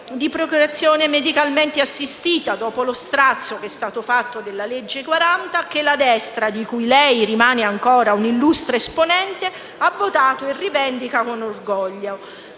di procreazione medicalmente assistita, dopo lo strazio che è stato fatto della legge n. 40 del 2004, che la destra, della quale lei rimane ancora una illustre esponente, ha votato e rivendica con orgoglio.